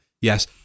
Yes